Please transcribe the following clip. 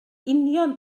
union